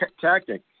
tactic